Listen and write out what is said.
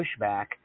pushback